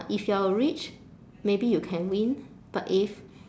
if you're rich maybe you can win but if